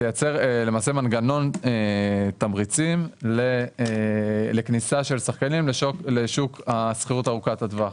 תייצר למעשה מנגנון תמריצים לכניסה של שחקנים לשוק שכירות ארוכת הטווח.